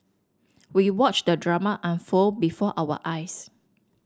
we watched the drama unfold before our eyes